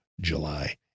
July